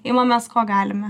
imamės ko galime